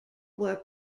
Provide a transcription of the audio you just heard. were